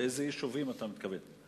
לאיזה יישובים אתה מתכוון?